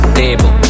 table